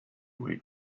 way